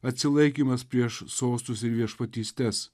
atsilaikymas prieš sostus ir viešpatystes